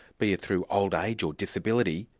be it through old age or disability,